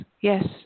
yes